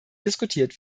diskutiert